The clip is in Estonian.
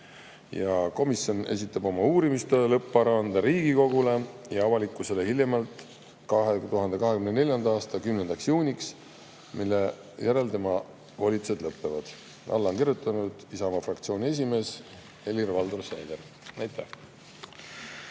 Komisjon esitab oma uurimistöö lõpparuande Riigikogule ja avalikkusele hiljemalt 2024. aasta 10. juuniks, mille järel tema volitused lõppevad. Alla on kirjutanud Isamaa fraktsiooni esimees Helir‑Valdor Seeder. Aitäh!